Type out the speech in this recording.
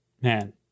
man